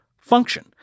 function